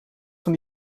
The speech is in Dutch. van